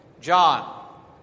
John